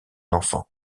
enfant